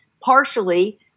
partially